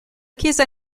chiesa